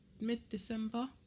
mid-December